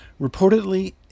Reportedly